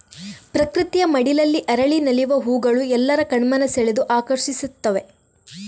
ಪ್ರಕೃತಿಯ ಮಡಿಲಲ್ಲಿ ಅರಳಿ ನಲಿವ ಹೂಗಳು ಎಲ್ಲರ ಕಣ್ಮನ ಸೆಳೆದು ಆಕರ್ಷಿಸ್ತವೆ